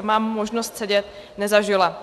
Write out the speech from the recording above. mám možnost sedět, nezažila.